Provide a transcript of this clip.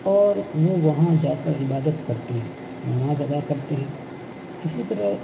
اور وہ وہاں جا کر عبادت کرتے ہیں نماز ادا کرتے ہیں اسی طرح